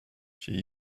she